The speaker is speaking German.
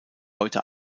heute